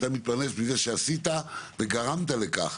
אתה מתפרנס מזה שעשית וגרמת לכך